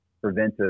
preventive